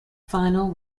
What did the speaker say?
final